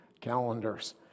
Calendars